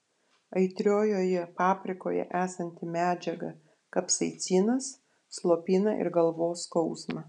aitriojoje paprikoje esanti medžiaga kapsaicinas slopina ir galvos skausmą